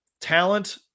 talent